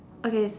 okay